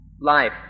life